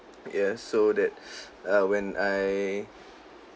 yeah so that err when I